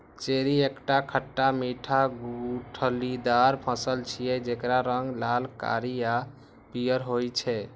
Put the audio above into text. cherry एकटा खट्टा मीठा गुठलीदार फल छियै, जेकर रंग लाल, कारी आ पीयर होइ छै